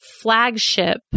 flagship